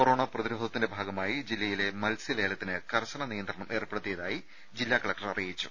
corona പ്രതിരോധത്തിന്റെ ഭാഗമായി ജില്ലയിലെ മത്സൃലേലത്തിന് കർശന നിയന്ത്രണം ഏർപ്പെ ടുത്തിയതായി ജില്ലാ കലക്ടർ അറിയിച്ചു